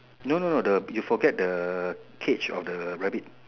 no no no the you forgot the cage of the rabbit